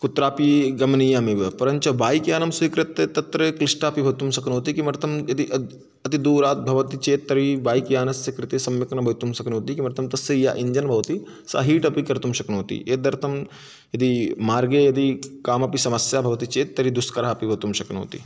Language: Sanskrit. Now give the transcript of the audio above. कुत्रापि गमनीयमेव परञ्च बैक्यानं स्वीकृत्य तत्र क्लिष्टमपि भवितुं शक्नोति किमर्थं यदि अद् अतिदूरात् भवति चेत् तर्हि बैक्यानस्य कृते सम्यक् न भवितुं शक्नोति किमर्थं तस्य या इञ्जन् भवति सा हीट् अपि कर्तुं शक्नोति एतदर्थं यदि मार्गे यदि कापि समस्या भवति चेत् तर्हि दुष्करा अपि भवितुं शक्नोति